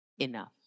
enough